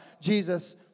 Jesus